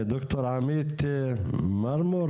ד"ר עמית מרמור?